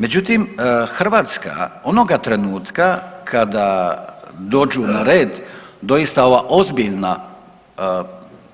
Međutim, Hrvatska onoga trenutka kada dođu na red doista ova ozbiljna